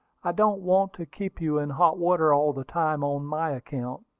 i don't want to keep you in hot water all the time on my account.